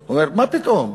הוא אומר: מה פתאום?